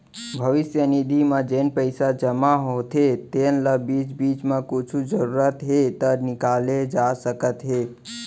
भविस्य निधि म जेन पइसा जमा होथे तेन ल बीच बीच म कुछु जरूरत हे त निकाले जा सकत हे